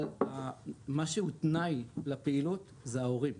אבל מה שהוא תנאי לפעילות זה ההורים.